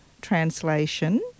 translation